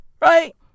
Right